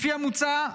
לפי המוצע,